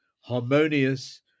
harmonious